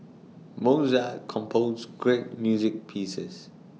Mozart composed great music pieces